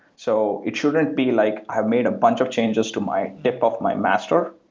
so it shouldn't be like, i made a bunch of changes to my tip of my master,